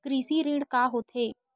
कृषि ऋण का होथे?